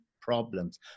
problems